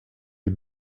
les